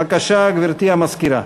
בבקשה, גברתי המזכירה.